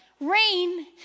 rain